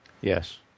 Yes